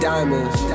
Diamonds